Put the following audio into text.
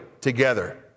together